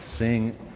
Sing